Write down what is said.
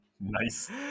Nice